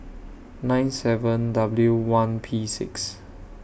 nine seven W one P six